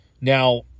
Now